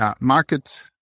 market